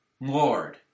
Lord